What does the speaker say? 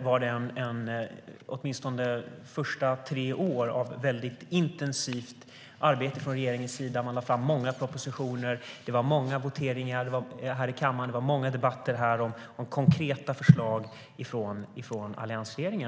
var det åtminstone under de första tre åren en tid av väldigt intensivt regeringsarbete. Man lade fram många propositioner. Det var många voteringar här i kammaren. Det var många debatter om konkreta förslag från alliansregeringen.